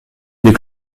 des